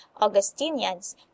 Augustinians